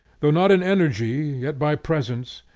though not in energy, yet by presence,